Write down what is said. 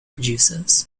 producers